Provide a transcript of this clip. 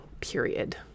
Period